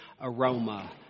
aroma